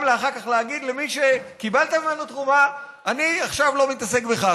להגיד אחר כך למי שקיבלת ממנו תרומה: אני עכשיו לא מתעסק בך,